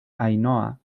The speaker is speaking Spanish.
ainhoa